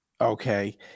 okay